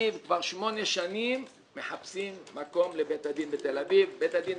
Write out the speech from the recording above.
כבר שמונה שנים מחפשים מקום לבית הדין.